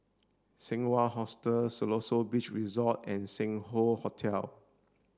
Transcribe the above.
Seng Wah Hotel Siloso Beach Resort and Sing Hoe Hotel